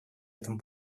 этом